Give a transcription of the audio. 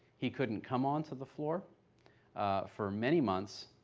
he couldn't come onto the floor for many months,